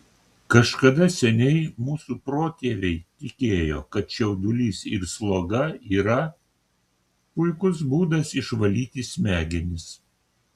kažkada seniai mūsų protėviai tikėjo kad čiaudulys ir sloga yra puikus būdas išvalyti smegenis